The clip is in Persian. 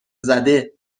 زده